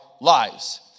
lives